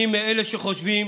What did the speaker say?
אני מאלה שחושבים